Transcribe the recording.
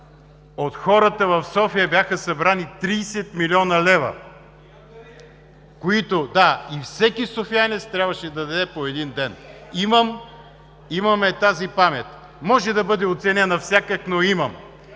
от хората в София бяха събрани 30 млн. лв. и всеки софиянец трябваше да даде по един ден. Имаме тази памет. (Реплики.) Може да бъде оценена всякак, но имаме.